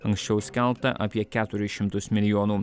anksčiau skelbta apie keturis šimtus milijonų